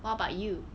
what about you